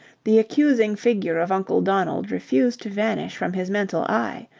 the accusing figure of uncle donald refused to vanish from his mental eye.